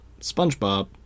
Spongebob